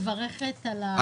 אני מברכת.